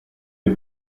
die